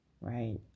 right